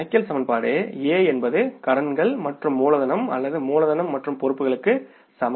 கணக்கியல் சமன்பாடு A என்பது கடன்கள் மற்றும் மூலதனம் அல்லது மூலதனம் மற்றும் பொறுப்புகளுக்கு சமம்